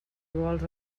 iguals